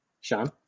Sean